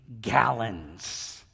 gallons